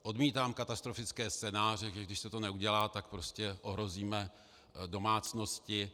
Odmítám katastrofické scénáře, že když se to neudělá, tak prostě ohrozíme domácnosti.